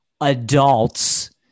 adults